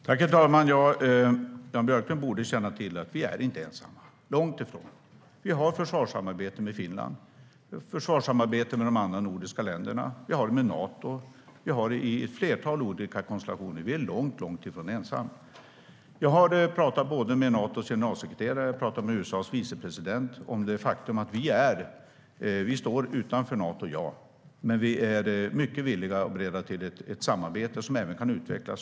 Herr talman! Jan Björklund borde känna till att vi inte är ensamma - långt ifrån. Vi har ett försvarssamarbete med Finland och ett försvarssamarbete med de andra nordiska länderna. Vi har samarbete med Nato och i ett flertal olika konstellationer. Vi är långt ifrån ensamma. Jag har pratat med både Natos generalsekreterare och USA:s vicepresident om det faktum att vi visserligen står utanför Nato men är mycket villiga och beredda att ingå ett samarbete, som även kan utvecklas.